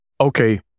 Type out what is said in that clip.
okay